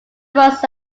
most